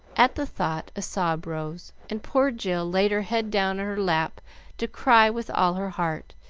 at the thought a sob rose, and poor jill laid her head down on her lap to cry with all her heart,